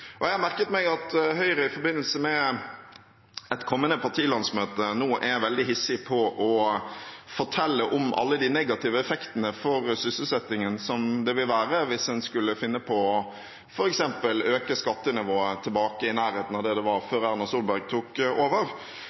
Jeg har merket meg at Høyre i forbindelse med et kommende partilandsmøte nå er veldig hissig på å fortelle om alle de negative effektene for sysselsettingen det vil være hvis en skulle finne på f.eks. å øke skattenivået til i nærheten av det det var før Erna Solberg tok over.